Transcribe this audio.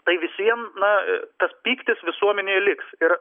tai visiem na tas pyktis visuomenėj liks ir